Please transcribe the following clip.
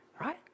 Right